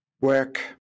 work